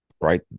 right